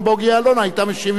לא, אני לא רוצה להשיב אפילו.